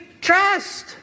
trust